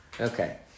Okay